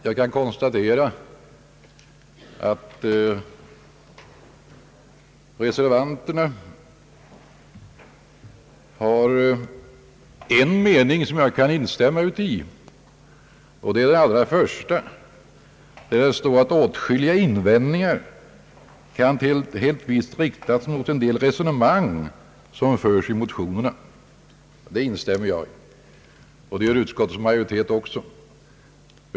Jag kan konstatera att reservanterna har en mening som jag kan instämma i, nämligen när de säger: »Åtskilliga invändningar kan helt visst riktas mot en del av de resonemang, som förs i motionerna.» I detta instämmer jag liksom utskottets majoritet.